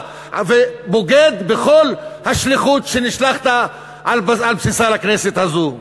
ובוגד בכל השליחות שעל בסיסה נשלחת לכנסת הזאת.